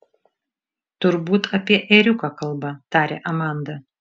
turbūt apie ėriuką kalba tarė amanda